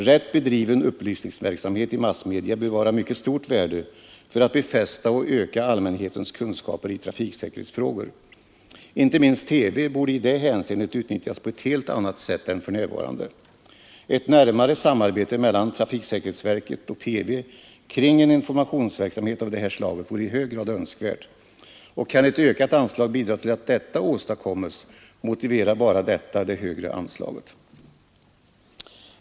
Rätt bedriven upplysningsverksamhet i massmedia bör vara av mycket stort värde för att befästa och öka allmänhetens kunskaper i trafiksäkerhetsfrågor. Inte minst TV borde i det hänseendet utnyttjas på ett helt annat sätt än för närvarande. Ett närmare samarbete mellan trafiksäkerhetsverket och TV kring en informationsverksamhet av det här slaget vore i hög grad önskvärt, och kan ett ökat anslag bidra till att sådant samarbete åstadkommes motiverar bara detta det högre anslaget.